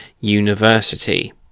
university